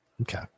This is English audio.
Okay